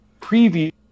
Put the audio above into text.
preview